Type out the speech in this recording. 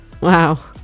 wow